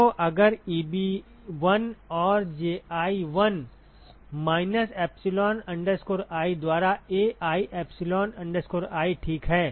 तो अगर Eb1 और Ji 1 माइनस epsilon i द्वारा Ai epsilon i ठीक है